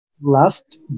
last